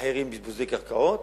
אחרים בזבוזי קרקעות.